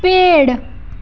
पेड़